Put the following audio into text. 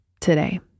today